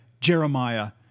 Jeremiah